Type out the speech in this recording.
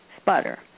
sputter